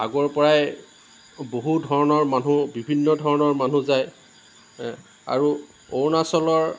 আগৰ পৰাই বহু ধৰণৰ মানুহ বিভিন্ন ধৰণৰ মানুহ যায় আৰু অৰুণাচলৰ